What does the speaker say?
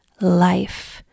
life